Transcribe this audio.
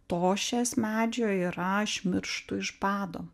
tošies medžio yra aš mirštu iš bado